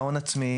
"הון עצמי",